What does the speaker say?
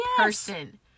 person